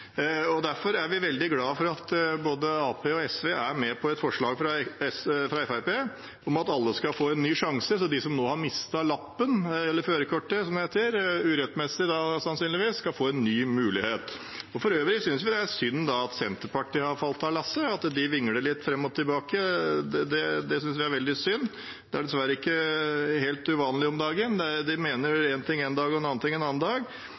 Derfor er vi veldig glade for at både Arbeiderpartiet og SV er med på et forslag fra Fremskrittspartiet om at alle skal få en ny sjanse. De som nå har mistet førerkortet, sannsynligvis urettmessig, skal få en ny mulighet. For øvrig synes vi det er synd at Senterpartiet har falt av lasset, og at de vingler litt fram og tilbake. Det synes vi er veldig synd. Det er dessverre ikke helt uvanlig om dagen. De mener én ting en dag og noe annet en annen dag.